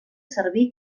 servir